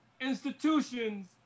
institutions